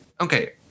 okay